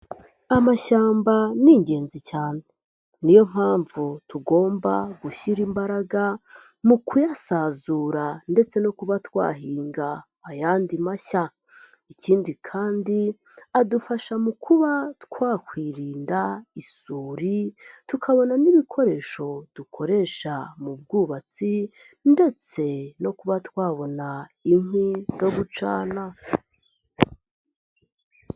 Amashyamba ni ingenzi cyane niyo mpamvu tugomba gushyira imbaraga mu kuyasazura ndetse no kuba twahinga ayandi mashya. Ikindi kandi, adufasha mu kuba twakwirinda isuri tukabona n'ibikoresho dukoresha mu bwubatsi, ndetse no kuba twabona inkwi zo gucana.